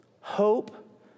Hope